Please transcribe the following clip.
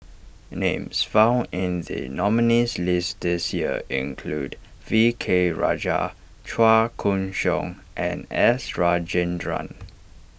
names found in the nominees' list this year include V K Rajah Chua Koon Siong and S Rajendran